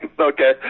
Okay